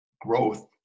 growth